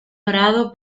horado